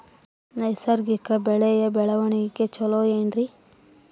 ನೈಸರ್ಗಿಕ ಬೆಳೆಯ ಬೆಳವಣಿಗೆ ಚೊಲೊ ಏನ್ರಿ?